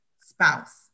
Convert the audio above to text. spouse